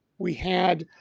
we had